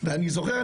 ואני זוכר,